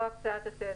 או הקצאת התדר: